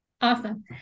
Awesome